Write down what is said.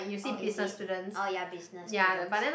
oh is it orh ya business students